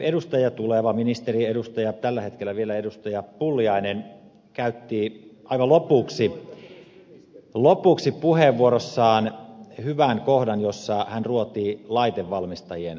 edustaja tuleva ministeri tällä hetkellä vielä edustaja pulliainen käytti aivan lopuksi puheenvuorossaan hyvän kohdan jossa hän ruoti laitevalmistajien vastuuta